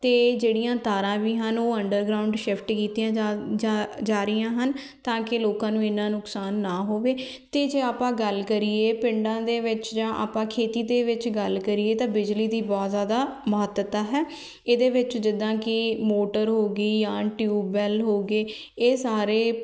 ਅਤੇ ਜਿਹੜੀਆਂ ਤਾਰਾਂ ਵੀ ਹਨ ਉਹ ਅੰਡਰਗਰਾਊਂਡ ਸ਼ਿਫਟ ਕੀਤੀਆਂ ਜਾ ਜਾ ਜਾ ਰਹੀਆਂ ਹਨ ਤਾਂ ਕਿ ਲੋਕਾਂ ਨੂੰ ਇੰਨਾ ਨੁਕਸਾਨ ਨਾ ਹੋਵੇ ਅਤੇ ਜੇ ਆਪਾਂ ਗੱਲ ਕਰੀਏ ਪਿੰਡਾਂ ਦੇ ਵਿੱਚ ਜਾਂ ਆਪਾਂ ਖੇਤੀ ਦੇ ਵਿੱਚ ਗੱਲ ਕਰੀਏ ਤਾਂ ਬਿਜਲੀ ਦੀ ਬਹੁਤ ਜ਼ਿਆਦਾ ਮਹੱਤਤਾ ਹੈ ਇਹਦੇ ਵਿੱਚ ਜਿੱਦਾਂ ਕਿ ਮੋਟਰ ਹੋ ਗਈ ਜਾਂ ਟਿਊਬਵੈਲ ਹੋ ਗਏ ਇਹ ਸਾਰੇ